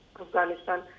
Afghanistan